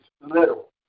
little